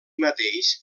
mateix